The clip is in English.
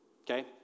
Okay